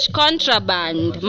contraband